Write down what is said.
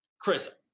Chris